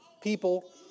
people